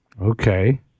okay